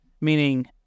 Meaning